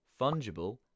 fungible